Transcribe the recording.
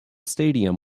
stadium